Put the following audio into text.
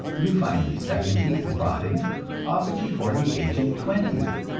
you find these second teeth rotting often before the age of twenty.